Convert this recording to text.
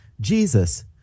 Jesus